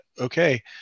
okay